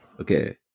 Okay